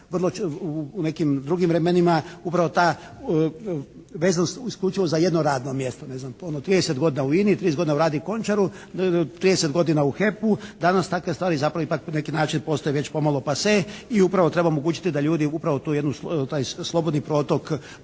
u nekim drugim vremenima upravo ta vezanost isključivo za jedno radno mjesto. Ne znam, pa ono 30 godina u INA-i, 30 godina u «Radi Končaru», 30 godina u HEP-u. Danas takve stvari zapravo ipak na neki način postaju već pomalo «pase» i upravo treba omogućiti da ljudi upravo tu jednu, taj slobodni protok i